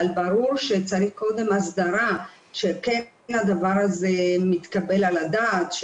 ברור שצריך קודם הסדרה שהדבר הזה מתקבל על הדעת,